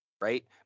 Right